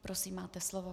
Prosím, máte slovo.